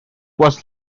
was